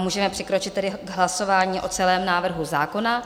Můžeme přikročit tedy k hlasování o celém návrhu zákona.